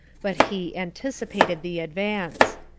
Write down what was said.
but he anticipated the advance.